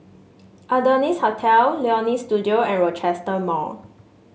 Adonis Hotel Leonie Studio and Rochester Mall